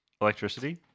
electricity